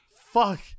fuck